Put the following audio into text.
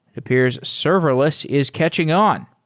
appears serverless is catching on.